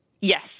Yes